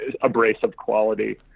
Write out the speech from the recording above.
abrasive-quality